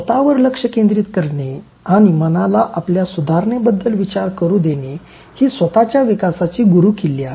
स्वतवर लक्ष केंद्रित करणे आणि मनाला आपल्या सुधारणेबद्दल विचार करू देणे ही स्वतच्या विकासाची गुरुकिल्ली आहे